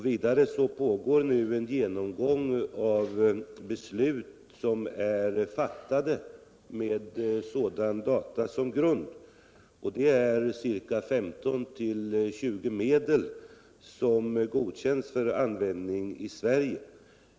Vidare pågår nu en genomgång av beslut som är fattade med sådana data som grund. Det gäller 15-20 medel som godkänts för användning i Sverige.